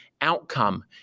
outcome